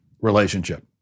relationship